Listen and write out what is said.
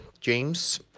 James